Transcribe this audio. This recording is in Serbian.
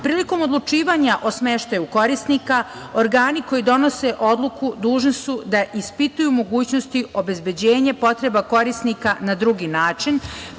zaštita. Prilikom odlučivanja o smeštaju korisnika organi koji donose odluku dužni su da ispituju mogućnosti obezbeđenje potreba korisnika na drugi način,